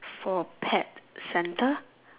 for pet centre